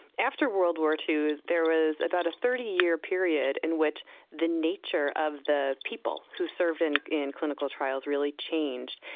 after world war ii there was about a thirty year period in which the nature of the people who served in in clinical trials really changed,